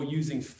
using